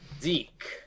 Zeke